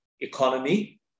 economy